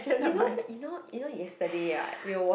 you know you know you know yesterday right we were wat~